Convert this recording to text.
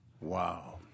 Wow